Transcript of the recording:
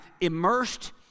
immersed